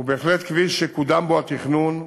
הוא בהחלט כביש שקודם בו התכנון,